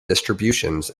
distributions